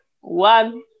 one